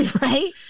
right